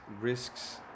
risks